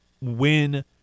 win